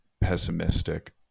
pessimistic